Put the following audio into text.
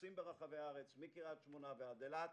שפרוסים ברחבי הארץ מקריית שמונה ועד אילת,